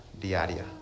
diaria